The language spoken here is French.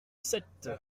sept